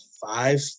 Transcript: five